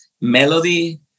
melody